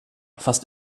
fast